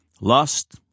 Lust